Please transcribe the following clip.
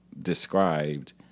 described